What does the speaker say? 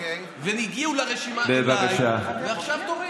והם הגיעו ברשימה אליי ועכשיו תורי.